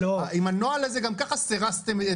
עם הנוהל הזה גם ככה סירסתם,